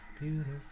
Beautiful